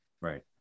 Right